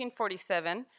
1947